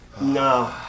No